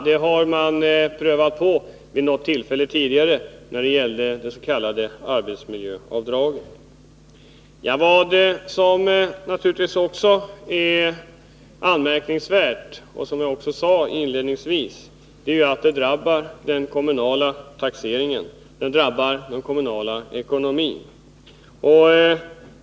Detta har man prövat på vid något tillfälle tidigare när det gällde de s.k. arbetsmiljöavdragen: Vad som naturligtvis också är anmärkningsvärt, som jag sade redan inledningsvis, är att detta drabbar den kommunala ekonomin.